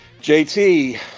jt